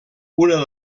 una